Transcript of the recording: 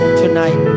tonight